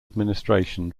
administration